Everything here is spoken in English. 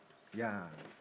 ya